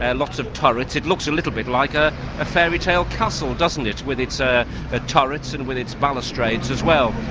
and lots of turrets, it looks a little bit like ah a fairytale castle, doesn't it? with its ah ah turrets and with its balustrades as well.